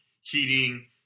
heating